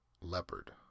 leopard